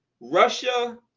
russia